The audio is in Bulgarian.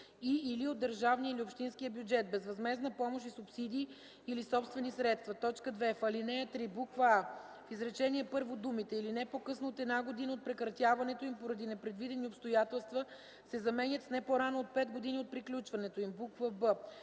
и/или от държавния или общинския бюджет, безвъзмездна помощ и субсидии или собствени средства”. 2. В ал. 3: а) в изречение първо думите „или не по-късно от една година от прекратяването им поради непредвидени обстоятелства” се заменят с „но не по-рано от 5 години от приключването им”. б) в